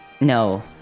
No